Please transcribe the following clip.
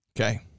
Okay